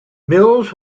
mills